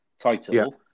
title